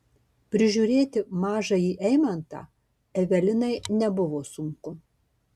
prižiūrėti mažąjį eimantą evelinai nebuvo sunku